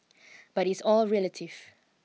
but it's all relative